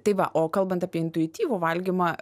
tai va o kalbant apie intuityvų valgymą